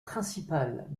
principale